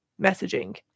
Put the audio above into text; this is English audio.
messaging